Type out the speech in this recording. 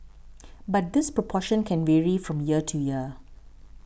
but this proportion can vary from year to year